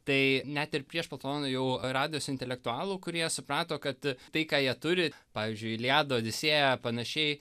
tai net ir prieš platoną jau radosi intelektualų kurie suprato kad a tai ką jie turi pavyzdžiui iliada odisėja panašiai